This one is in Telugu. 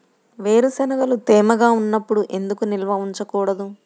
వేరుశనగలు తేమగా ఉన్నప్పుడు ఎందుకు నిల్వ ఉంచకూడదు?